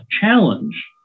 challenge